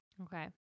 Okay